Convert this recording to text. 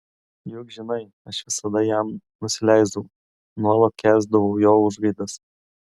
juk žinai aš visada jam nusileisdavau nuolat kęsdavau jo užgaidas